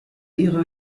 ihrer